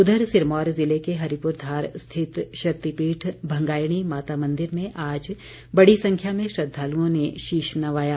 उधर सिरमौर ज़िले के हरिपुर धार स्थित शक्तिपीठ भंगायणी माता मंदिर में आज बड़ी संख्या में श्रद्वालुओं ने शीष नवाया